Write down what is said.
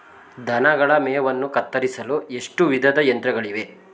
ದನಗಳ ಮೇವನ್ನು ಕತ್ತರಿಸಲು ಎಷ್ಟು ವಿಧದ ಯಂತ್ರಗಳಿವೆ?